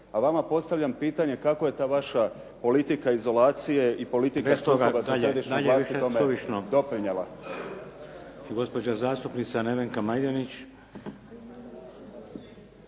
A vama postavljam pitanje kako je ta vaša politika izolacije i politika …/Govornik se ne razumije./…